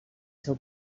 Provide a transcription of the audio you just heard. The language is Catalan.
seu